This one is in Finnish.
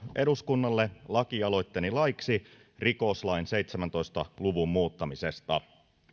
eduskunnalle lakialoitteeni laiksi rikoslain seitsemäntoista luvun muuttamisesta